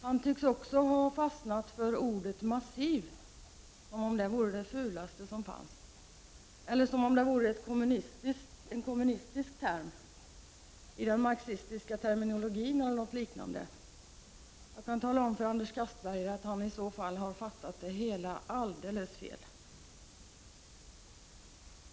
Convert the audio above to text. Han tycks också ha fastnat för ordet ”massiv”, som om det vore det fulaste som fanns eller som om det vore en kommunistisk term i den marxistiska termonologin eller någonting sådant. Jag kan tala om för Anders Castberger att han i så fall har fattat det hela alldeles fel.